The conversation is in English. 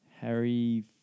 Harry